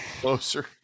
closer